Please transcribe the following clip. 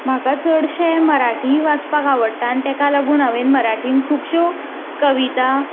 म्हाका चडशें मराठी वाचपाक आवडटा आनी तेका लागून हांवेंन मराठीन खुबश्यो कविता